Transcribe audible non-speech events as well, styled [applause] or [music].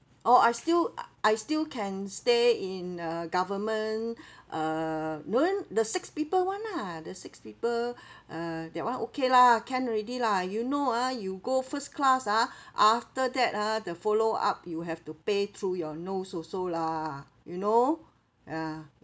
oh I still I still can stay in uh government [breath] uh knowing the six people [one] lah the six people [breath] uh that [one] okay lah can already lah you know ah you go first class ah [breath] after that ah the follow-up you have to pay through your nose also lah you know ah